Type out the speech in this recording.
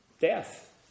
death